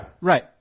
Right